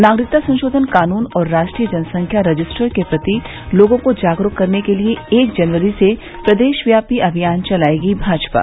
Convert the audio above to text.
नागरिकता संशोधन कानून और राष्ट्रीय जनसंख्या रजिस्टर के प्रति लोगों को जागरूक करने के लिए एक जनवरी से प्रदेशव्यापी अभियान चलायेगी भाजपा